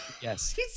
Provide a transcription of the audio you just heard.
Yes